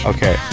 Okay